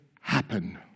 happen